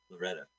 Loretta